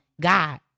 God